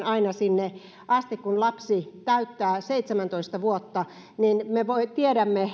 aina sinne asti kun lapsi täyttää seitsemäntoista vuotta niin me tiedämme